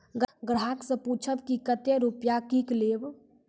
ग्राहक से पूछब की कतो रुपिया किकलेब?